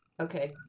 ok.